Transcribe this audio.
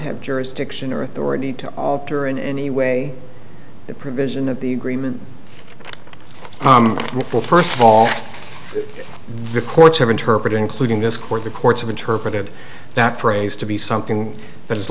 have jurisdiction or authority to alter in any way the provision of the agreement well first of all the courts have interpreted including this court the courts have interpreted that phrase to be something that is